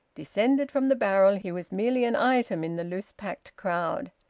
descended from the barrel, he was merely an item in the loose-packed crowd.